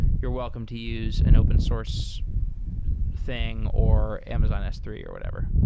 you're welcome to use an open source thing or amazon s three or whatever.